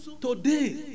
today